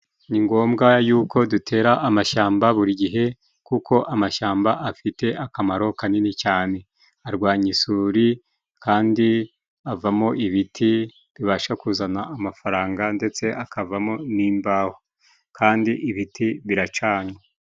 Ni ngombwa yuko dutera amashyamba buri gihe kuko amashyamba afite akamaro kanini cyane, arwanya isuri kandi avamo ibiti bibasha kuzana amafaranga ndetse akavamo n'imbaho, kandi ibiti biracanwa.